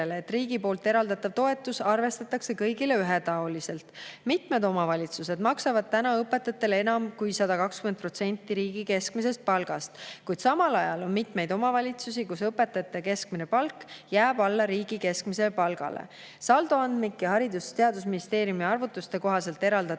et riigi eraldatavat toetust arvestatakse kõigile ühetaoliselt. Mitmed omavalitsused maksavad õpetajatele enam kui 120% riigi keskmisest palgast, kuid samal ajal on mitmeid omavalitsusi, kus õpetajate keskmine palk jääb alla riigi keskmisele palgale. Saldoandmike ja Haridus‑ ja Teadusministeeriumi arvutuste kohaselt ei kasutanud